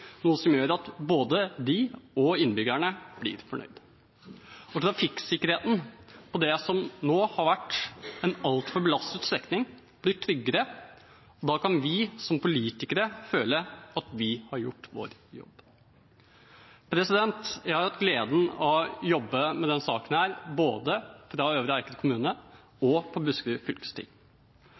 noe som gjør at både de og innbyggerne blir fornøyd. Trafikksikkerheten og det som til nå har vært en altfor belastet strekning, blir bedre. Da kan vi som politikere føle at vi har gjort vår jobb. Jeg har hatt gleden av å jobbe med denne saken både fra Øvre Eiker kommune og på Buskerud fylkesting.